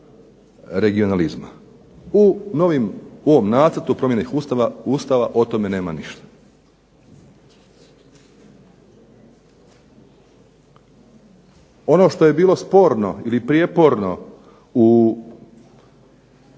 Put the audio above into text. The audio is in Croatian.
u ovom Nacrtu promjene Ustava o tome nema ništa. Ono što je bilo sporno ili prijeporno